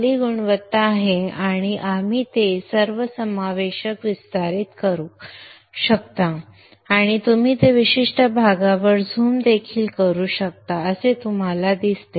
चांगली गुणवत्ता आणि तुम्ही ते सर्वसमावेशक विस्तारित करू शकता आणि तुम्ही ते विशिष्ट भागावर झूम देखील करू शकता असे तुम्हाला दिसते